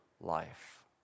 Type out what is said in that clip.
life